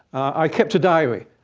i kept a diary.